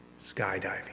skydiving